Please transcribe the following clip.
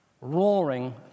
roaring